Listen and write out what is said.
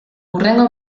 hurrengo